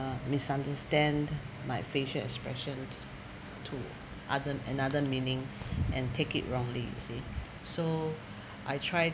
misunderstand my facial expression to to other another meaning and take it wrongly you see so I tried